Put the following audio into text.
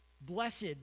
Blessed